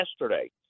yesterday